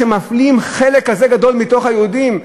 כשמפלים חלק כזה גדול מתוך היהודים?